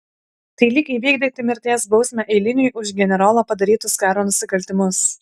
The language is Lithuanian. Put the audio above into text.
tai lyg įvykdyti mirties bausmę eiliniui už generolo padarytus karo nusikaltimus